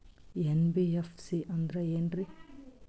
NBFC ಅಂದ್ರ ಏನ್ರೀ?